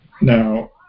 Now